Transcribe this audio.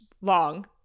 long